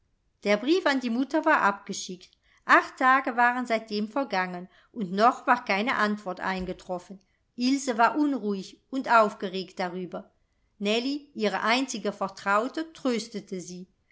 der brief an die mutter war abgeschickt acht tage waren seitdem vergangen und noch war keine antwort eingetroffen ilse war unruhig und aufgeregt darüber nellie ihre einzige vertraute tröstete sie